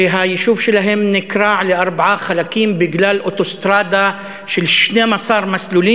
שהיישוב שלהם נקרע לארבעה חלקים בגלל אוטוסטרדה של 12 מסלולים